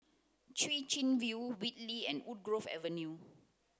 Chwee Chian View Whitley and Woodgrove Avenue